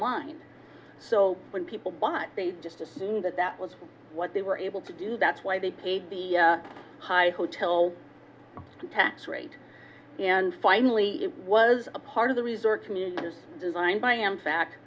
mind so when people bought they just assumed that that was what they were able to do that's why they paid the high hotel tax rate and finally it was a part of the resort community that is designed by an fac